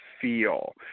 feel